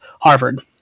Harvard